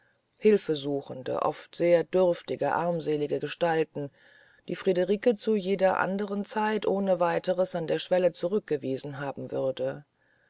hilfesuchende oft sehr dürftige armselige gestalten die friederike zu jeder anderen zeit ohne weiteres an der schwelle zurückgewiesen haben würde